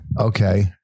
okay